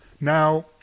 Now